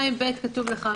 2ב, כתוב לך.